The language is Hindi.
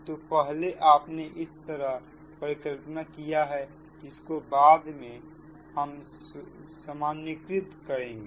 तो पहले आपने इस तरह परिकल्पना किया है जिसको बाद में हम सामान्यीकृत करेंगे